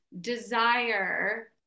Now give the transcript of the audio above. desire